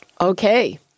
Okay